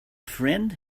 friend